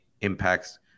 impacts